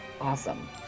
awesome